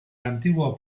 antiguo